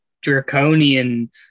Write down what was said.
draconian